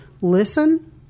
Listen